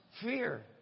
Fear